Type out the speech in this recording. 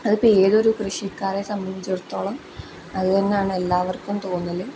അതിപ്പം ഏതൊരു കൃഷിക്കാരെ സംബന്ധിച്ചിടത്തോളം അത് തന്നെയാണ് എല്ലാവർക്കും തോന്നൽ